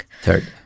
Third